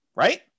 right